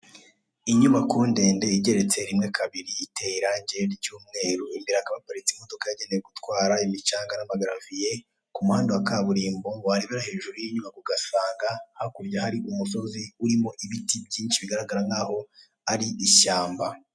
Inyubako ndende igeretse rimwe kabiri iteye irange ry'umweru imbere hakaba haparitse imodoka yagenewe gutwara imicanga n'amagaraviye ku muhanda wa kaburimbo warebera hejuru warebera hejuru y'inyubako ugasanga hakurya hari umusozi urimo ibiti byinshi bigaragara nkaho ari ishyamba.